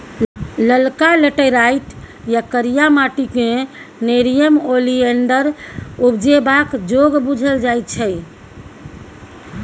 ललका लेटैराइट या करिया माटि क़ेँ नेरियम ओलिएंडर उपजेबाक जोग बुझल जाइ छै